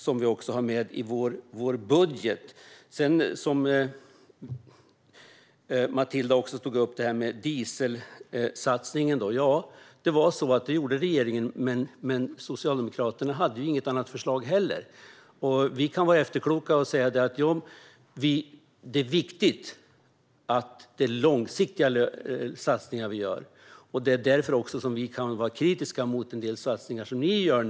Detta har vi med i vår budget. Matilda Ernkrans tog upp dieselsatsningen. Det där gjorde den borgerliga regeringen visserligen, men Socialdemokraterna hade själva inget annat förslag. Vi kan vara efterkloka och säga att det är viktigt att göra långsiktiga satsningar. Därför kan vi också vara kritiska mot en del av de satsningar som ni nu gör.